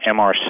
MRC